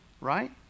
right